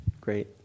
Great